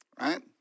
right